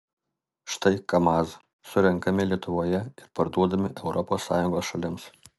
štai kamaz surenkami lietuvoje ir parduodami europos sąjungos šalims